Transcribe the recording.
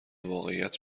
واقعیت